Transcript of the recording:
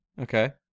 okay